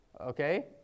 Okay